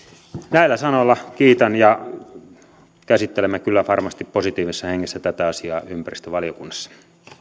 näillä sanoilla kiitän käsittelemme kyllä varmasti positiivisessa hengessä tätä asiaa ympäristövaliokunnassa